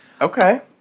Okay